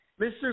Mr